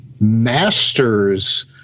masters